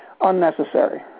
unnecessary